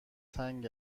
تنگ